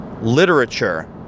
literature